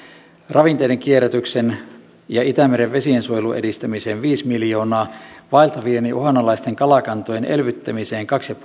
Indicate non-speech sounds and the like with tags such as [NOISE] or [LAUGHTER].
ravinteiden kierrätyksen ja itämeren vesiensuojelun edistämiseen viisi miljoonaa vaeltavien ja uhanalaisten kalakantojen elvyttämiseen kaksi [UNINTELLIGIBLE]